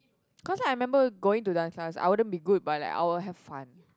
cause I remember going to dance class I wouldn't be good but like I will have fun